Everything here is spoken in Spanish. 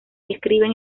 escriben